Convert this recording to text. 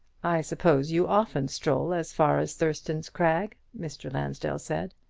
i suppose you often stroll as far as thurston's crag? mr. lansdell said.